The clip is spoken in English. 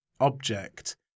object